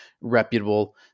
reputable